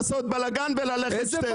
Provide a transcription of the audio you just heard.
לעשות בלגן למשך שתי דקות וללכת.